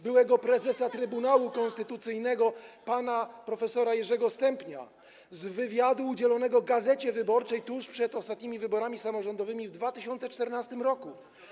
byłego prezesa Trybunału Konstytucyjnego pana prof. Jerzego Stępnia z wywiadu udzielonego „Gazecie Wyborczej” tuż przed ostatnimi wyborami samorządowymi w 2014 r.